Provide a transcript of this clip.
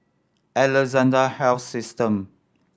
Alexandra Health System